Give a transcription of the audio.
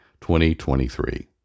2023